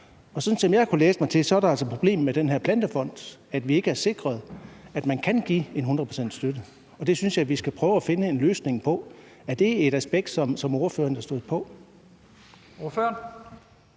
sådan som jeg har kunnet læse mig til det, er det altså problemet med den her plantefond, at man ikke er sikret, at man kan give et hundrede procent støtte. Og det synes jeg vi skal prøve at finde en løsning på. Er det et aspekt, som ordføreren er stødt på?